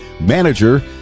manager